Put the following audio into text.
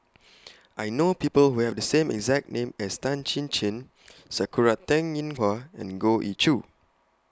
I know People Who Have The same exact name as Tan Chin Chin Sakura Teng Ying Hua and Goh Ee Choo